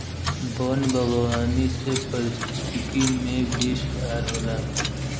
वन बागवानी से पारिस्थिकी में भी सुधार होला